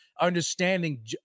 understanding